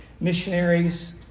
missionaries